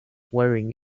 wearing